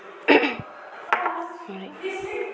जाबाय